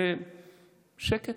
ושקט.